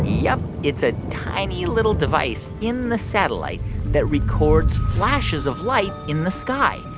yep. it's a tiny little device in the satellite that records flashes of light in the sky.